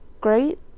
great